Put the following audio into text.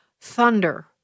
Thunder